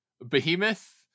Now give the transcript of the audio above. Behemoth